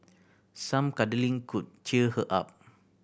some cuddling could cheer her up